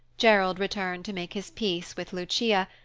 gerald returned to make his peace with lucia,